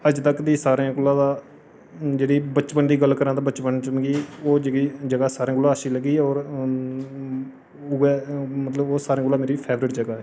अज्ज तक दी सारें कोला दा जेह्ड़ी बचपन दी गल्ल करां ते बचपन च मिगी ओह् जेह्की जगह् सारें कोला अच्छी लगी होर उ'ऐ मतलब ओह् सारें कोला मेरी फेवरट जगह् ऐ